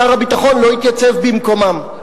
שר הביטחון לא התייצב במקומם.